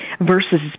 versus